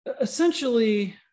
essentially